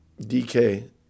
DK